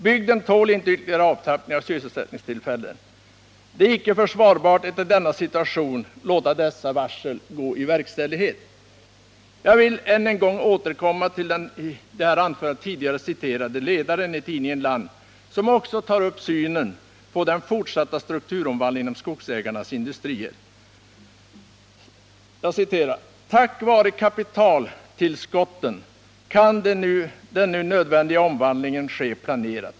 Bygden tål inte ytterligare avtappning av sysselsättningstillfällen. Det är icke försvarbart att i denna situation låta dessa varsel gå i verkställighet. Jag vill än en gång återkomma till den i detta anförande tidigare citerade ledaren i tidningen Land, som också tar upp synen på den fortsatta strukturomvandlingen inom skogsägarnas industrier. Jag citerar: ”Tack vare kapitaltillskotten kan den nu nödvändiga omvandlingen ske planerat.